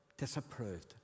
Disapproved